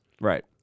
Right